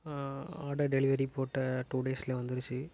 order delivery போட்ட two டேஸ்ல வந்துடுச்சி